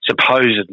supposedly